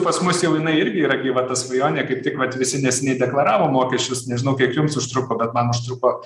pas mus jau jinai irgi yra gyva ta svajonė kaip tik vat visi neseniai deklaravo mokesčius nežinau kiek jums užtruko bet man užtruko